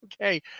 okay